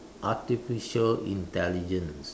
artificial intelligence